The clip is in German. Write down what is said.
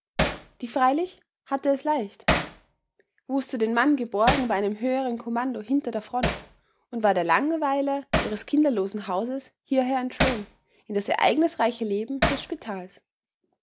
die freilich hatte es leicht wußte den mann geborgen bei einem höheren kommando hinter der front und war der langeweile ihres kinderlosen hauses hierher entflohen in das ereignisreiche leben des spitals